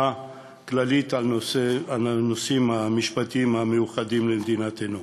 כללית על הנושאים המשפטיים המיוחדים למדינתנו,